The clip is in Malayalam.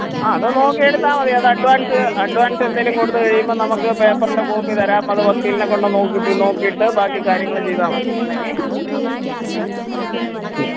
ആ അത് നോക്കി എടുത്താൽമതി അത് അഡ്വാൻസ് അഡ്വാൻസ് എന്തെങ്കിലും കൊടുത്ത് കഴിയുമ്പോൾ നമുക്ക് പേപ്പറിൻ്റെ കോപ്പി തരാം അത് വക്കീൽനെ കൊണ്ട് നോക്കിയിട്ട് ബാക്കി കാര്യങ്ങൾ ചെയ്താൽമതി മ്മ്